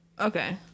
Okay